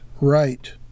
right